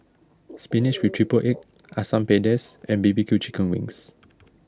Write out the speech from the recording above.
Spinach with Triple Egg Ssam Pedas and B B Q Chicken Wings